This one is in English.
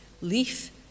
leaf